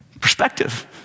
Perspective